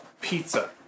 pizza